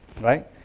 right